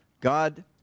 God